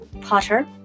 Potter